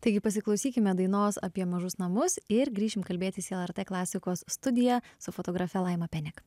taigi pasiklausykime dainos apie mažus namus ir grįšim kalbėtis į lrt klasikos studiją su fotografe laima penek